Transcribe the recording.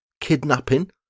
kidnapping